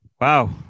Wow